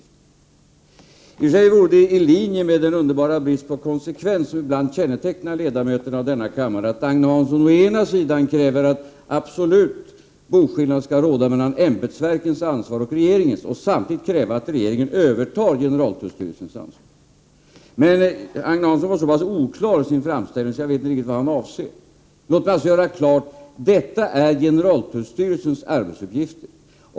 I och för sig vore det i linje med den underbara brist på konsekvens som ibland kännetecknar ledamöter av denna kammare att Agne Hansson å ena sidan kräver att absolut boskillnad skall råda mellan ämbetsverkens ansvar och regeringens men å andra sidan samtidigt kräver att regeringen övertar generaltullstyrelsens ansvarsområde. Agne Hansson var dock så oklar i sin framställning att jag inte riktigt vet vad han avser. Låt mig göra klart att det här är fråga om generaltullstyrelsens arbetsuppgifter.